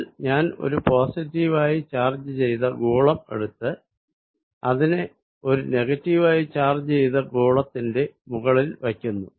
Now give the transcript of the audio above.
ഇതിൽ ഞാൻ ഒരു പോസിറ്റീവ് ആയി ചാർജ് ചെയ്ത ഗോളം എടുത്ത് അതിനെ ഒരു നെഗറ്റീവ് ആയി ചാർജ് ചെയ്ത ഗോളത്തിന്റെ മുകളിൽ വയ്ക്കുന്നു